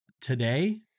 today